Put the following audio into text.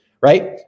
right